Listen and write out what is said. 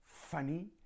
funny